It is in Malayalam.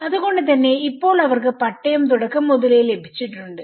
അതുകൊണ്ട് തന്നെ ഇപ്പോൾ അവർക്ക് പട്ടയം തുടക്കം മുതലേ ലഭിച്ചിട്ടുണ്ട്